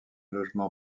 logement